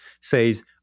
says